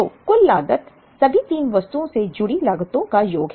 तो कुल लागत सभी 3 वस्तुओं से जुड़ी लागतों का योग है